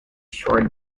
short